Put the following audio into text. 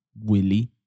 Willie